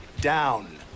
down